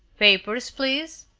papers, please.